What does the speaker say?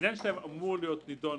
אמור להיות נדון